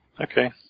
Okay